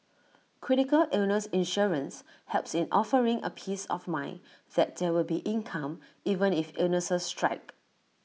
critical illness insurance helps in offering A peace of mind that there will be income even if illnesses strike